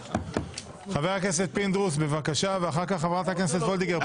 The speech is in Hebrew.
חבר הכנסת פינדרוס ואחר כך חברת הכנסת וולדיגר.